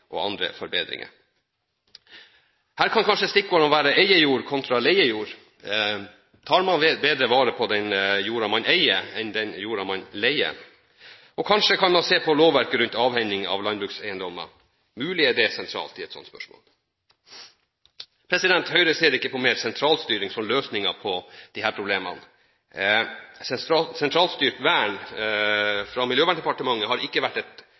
og andre forbedringer. Her kan kanskje stikkordene være eiejord kontra leiejord. Tar man bedre vare på den jorda man eier, enn den jorda man leier? Og kanskje kan man se på lovverket rundt avhending av landbrukseiendommer, mulig det er sentralt i et sånt spørsmål. Høyre ser ikke på mer sentralstyring som løsningen på disse problemene. Sentralstyrt vern fra Miljøverndepartementet har ikke vært et